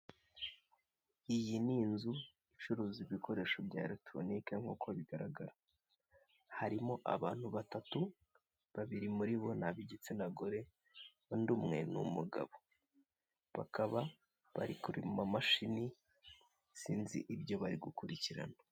Iyi ni inzu icuruza ibikoresha bya erekitoronike nk'uko bigaragara. Harimo abantu batatu; babiri muri bo ni gigtsina gore, undi umwe ni umugabo. Bakaba bari ku mamashini sinzi ibyo bari gukurikirana.